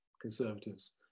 conservatives